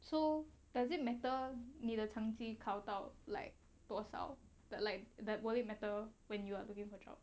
so does it matter 你的成绩考到 like 多少 like the will it matter when you are looking for job